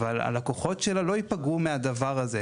אבל הלקוחות שלה לא ייפגעו מהדבר הזה.